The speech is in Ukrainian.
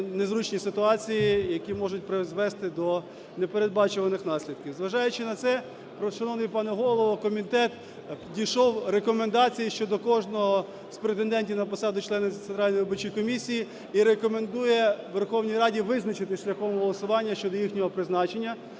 незручні ситуації, які можуть призвести до непередбачуваних наслідків. Зважаючи на це, шановний пане Голово, комітет дійшов рекомендації щодо кожного з претендентів на посади членів Центральної виборчої комісії і рекомендує Верховній Раді визначитись шляхом голосування щодо їхнього призначення.